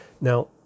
now